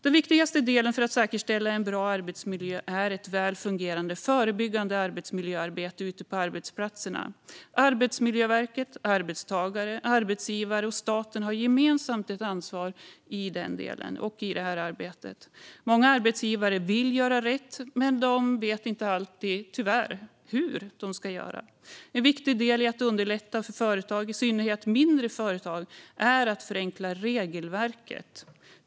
Den viktigaste delen för att säkerställa en bra arbetsmiljö är ett väl fungerande förebyggande arbetsmiljöarbete ute på arbetsplatserna. Arbetsmiljöverket, arbetstagare, arbetsgivare och staten har ett gemensamt ansvar när det gäller den delen och det arbetet. Många arbetsgivare vill göra rätt men vet tyvärr inte alltid hur de ska göra. En viktig del i att underlätta för företag, i synnerhet mindre företag, är att förenkla regelverket.